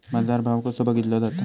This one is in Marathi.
बाजार भाव कसो बघीतलो जाता?